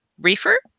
reefer